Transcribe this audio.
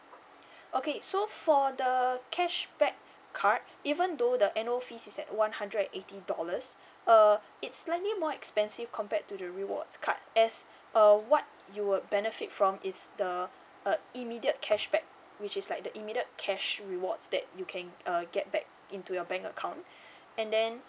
okay so for the cashback card even though the annual fees is at one hundred eighty dollars uh it's slightly more expensive compared to the rewards card as uh what you would benefit from is the uh immediate cashback which is like the immediate cash rewards that you can uh get back into your bank account and then